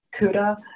CUDA